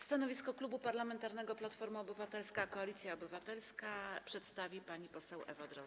Stanowisko Klubu Parlamentarnego Platforma Obywatelska - Koalicja Obywatelska przedstawi pani poseł Ewa Drozd.